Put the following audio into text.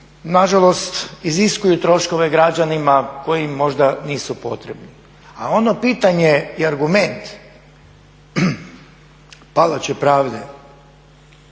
na žalost iziskuju troškove građanima koji im možda nisu potrebni. A ono pitanje i argument palače pravde,